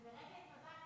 תודה, גברתי היושבת-ראש.